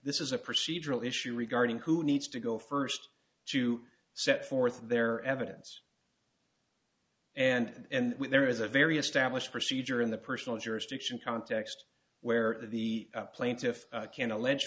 this is a procedural issue regarding who needs to go first to set forth their evidence and there is a very established procedure in the personal jurisdiction context where the plaintiff can allege